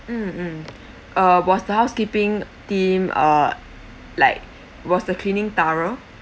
mm mm uh was the housekeeping team uh like was the cleaning thorough